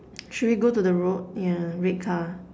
should we go to the road yeah red car